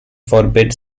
forbid